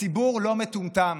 הציבור לא מטומטם.